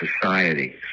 society